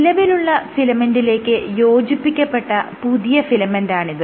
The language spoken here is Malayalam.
നിലവിലുള്ള ഫിലമെന്റിലേക്ക് യോജിപ്പിക്കപ്പെട്ട പുതിയ ഫിലമെന്റാണിത്